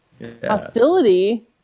Hostility